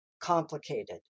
complicated